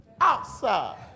outside